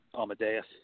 Amadeus